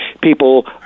people